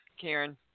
Karen